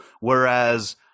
Whereas